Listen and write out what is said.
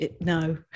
no